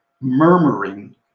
murmuring